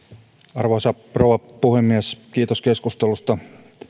arvoisa rouva puhemies kiitos keskustelusta